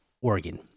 Oregon